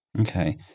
Okay